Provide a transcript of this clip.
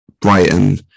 Brighton